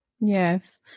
Yes